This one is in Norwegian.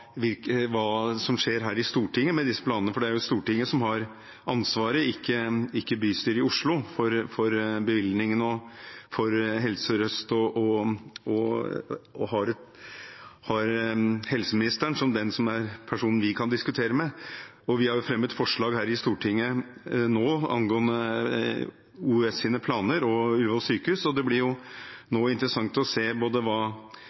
Stortinget som har ansvaret – ikke bystyret i Oslo – for bevilgningene og for Helse Sør-Øst, og som har helseministeren som den personen vi kan diskutere med. Vi har fremmet forslag her i Stortinget nå angående OUS’ planer og Ullevål sykehus, og det blir interessant å se både hva